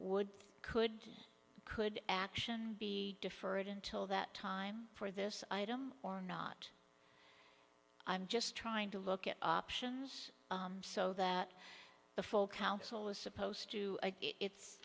would could could action be deferred until that time for this item or not i'm just trying to look at options so that the full council is supposed to it's